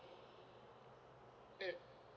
mm